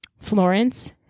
Florence